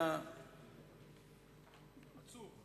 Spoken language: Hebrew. היה, עצוב.